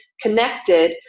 connected